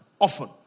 often